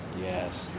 Yes